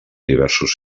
diversos